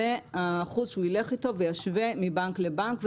זה האחוז שהוא ילך איתו וישווה מבנק לבנק,